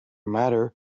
matter